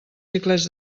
xiclets